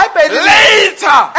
later